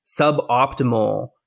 suboptimal